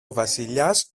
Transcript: βασιλιάς